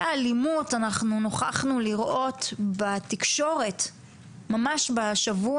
אנחנו נוכחנו לראות ולשמוע בתקשורת ממש בשבוע